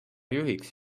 juhiks